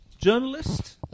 journalist